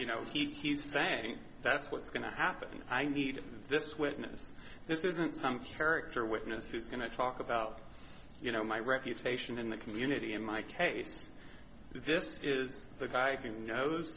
you know he's saying that's what's going to happen i need this witness this isn't some character witness he's going to talk about you know my reputation in the community in my case this is the guy thing knows